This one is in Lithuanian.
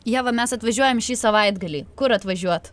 ieva mes atvažiuojam šį savaitgalį kur atvažiuot